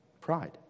Pride